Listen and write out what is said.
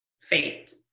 fate